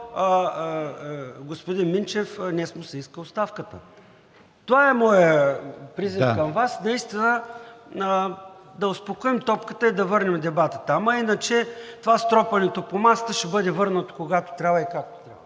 господин Минчев днес му се иска оставката. Това е моят призив към Вас, наистина да успокоим топката и да върнем дебата там. А иначе това с тропането по масата ще бъде върнато, когато трябва и както трябва.